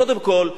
קודם כול,